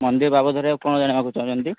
ମନ୍ଦିର ବାବଦରେ ଆଉ କ'ଣ ଜାଣିବାକୁ ଚାହୁଁଛନ୍ତି